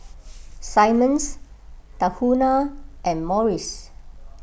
Simmons Tahuna and Morries